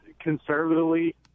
conservatively